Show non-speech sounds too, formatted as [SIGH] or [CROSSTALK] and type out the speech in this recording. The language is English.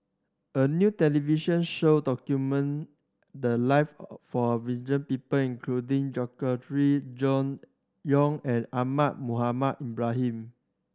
a new television show document the live [UNINTELLIGIBLE] for [UNINTELLIGIBLE] people including Gregory Yong and Ahmad Mohamed Ibrahim